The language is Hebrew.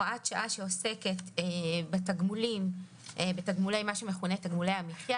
שעוסקת בתגמולי המחיה,